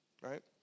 right